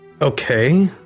Okay